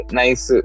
nice